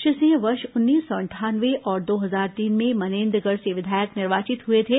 श्री सिंह वर्ष उन्नीस सौ अंठानवे और दो हजार तीन में मनेन्द्रगढ़ से विधायक निर्वाचित हुए थे